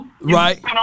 Right